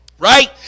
right